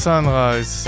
Sunrise